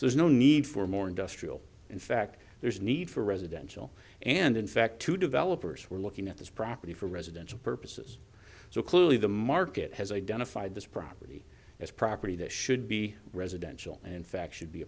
so there's no need for more industrial in fact there's need for residential and in fact to developers we're looking at this property for residential purposes so clearly the market has identified this property as property that should be residential and in fact should be